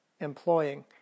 employing